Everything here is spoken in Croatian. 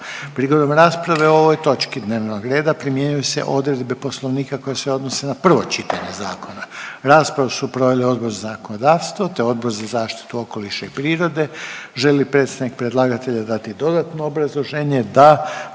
Prigodom rasprave o ovoj točki dnevnog reda primjenjuju se odredbe Poslovnika koje se odnose na prvo čitanje zakona. Raspravu su proveli Odbor za zakonodavstvo te Odbor za zaštitu okoliša i prirode. Želi li predstavnik predlagatelja dati dodatno obrazloženje?